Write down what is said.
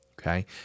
Okay